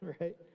right